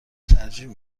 ترجیح